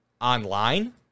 online